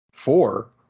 Four